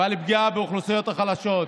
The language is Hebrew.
ועל הפגיעה באוכלוסיות החלשות.